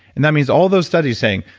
and that means all those studies saying,